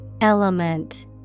Element